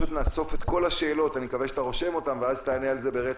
נאסוף את כל השאלות אני מקווה שאתה רושם אותן ותענה על זה ברצף.